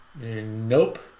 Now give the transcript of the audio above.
Nope